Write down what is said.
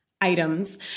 items